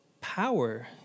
power